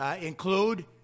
include